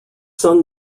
son